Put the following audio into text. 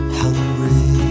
hungry